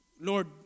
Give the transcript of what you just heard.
Lord